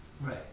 Right